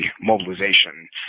mobilization